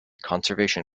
conservation